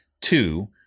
Two